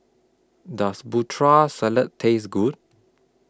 Does Putri Salad Taste Good